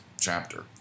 chapter